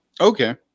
Okay